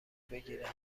بگیرم